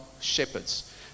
Shepherds